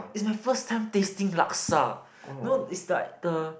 it's my first time tasting laksa you know is like the